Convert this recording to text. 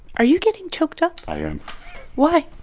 are you getting choked up? i am why?